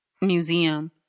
museum